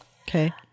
Okay